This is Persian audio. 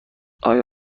آیا